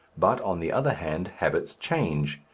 but, on the other hand, habits change,